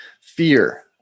fear